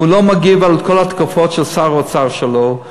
לא מגיב על כל ההתקפות על שר האוצר שלו,